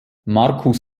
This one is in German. markus